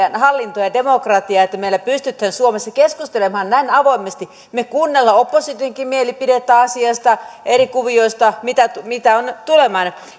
ja ja demokratiaa että meillä pystytään suomessa keskustelemaan näin avoimesti me kuuntelemme oppositionkin mielipidettä asiasta eri kuvioista mitä mitä pitää tuleman